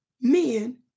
men